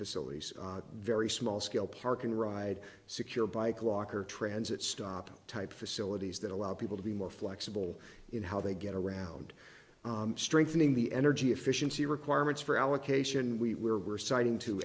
facilities very small scale parking ride secure bike locker transit stop type facilities that allow people to be more flexible in how they get around strengthening the energy efficiency requirements for allocation we were citing to